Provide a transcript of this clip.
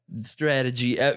strategy